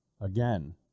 Again